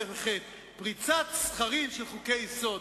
פס"ח, פריצת סכרים של חוקי-יסוד.